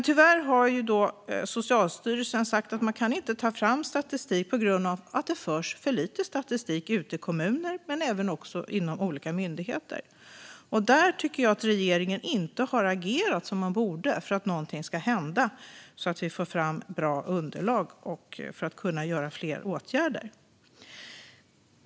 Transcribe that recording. Tyvärr har Socialstyrelsen sagt att man inte kan ta fram statistik på grund av att det förs för lite statistik ute i kommuner men även inom olika myndigheter. Där har regeringen inte agerat som man borde för att någonting ska hända så att vi får fram bra underlag för att kunna vidta fler åtgärder.